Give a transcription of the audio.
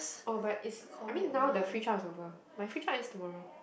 oh but is I mean now the free trail is over my free trail ends tomorrow